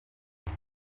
izi